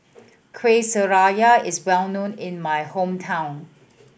Kueh Syara is well known in my hometown